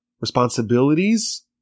responsibilities